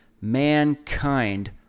Mankind